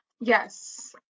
Yes